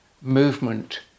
movement